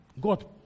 God